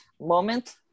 moment